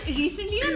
recently